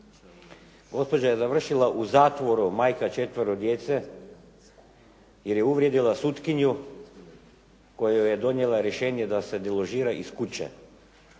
gospođa je završila u zatvoru, majka četvero djece, jer je uvrijedila sutkinju jer je donijela rješenje da se deložira iz kuće.